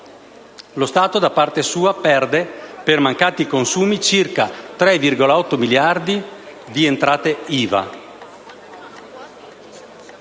Lo Stato da parte sua perde, per mancati consumi, circa 3,8 miliardi di entrate IVA.